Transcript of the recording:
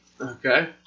Okay